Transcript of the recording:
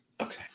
Okay